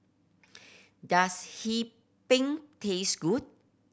does Hee Pan taste good